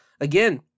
again